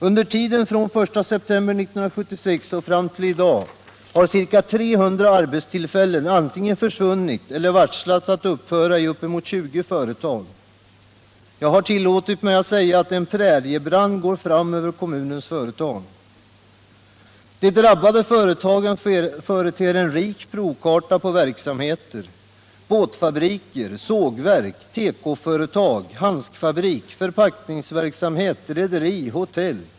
Under tiden från 1 september 1976 och fram till i dag har ca 300 arbeten antingen försvunnit eller meddelats upphöra i uppemot 20 företag. Jag har tillåtit mig att säga att en präriebrand går fram över kommunens företag. De drabbade företagen företer en rik provkarta på verksamheter: båtfabriker, sågverk, tekoföretag, handskfabrik, förpackningsverksamhet, rederi och hotell.